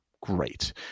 great